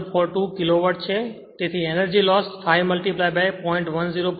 1042 kilowatt છે તેથી energy loss 5 0